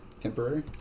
Temporary